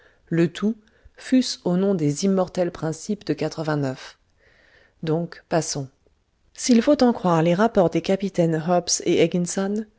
le tout fût-ce au nom des immortels principes de donc passons s'il faut en croire les rapports des capitaines hobbs et